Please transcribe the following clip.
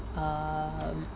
um